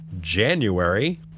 January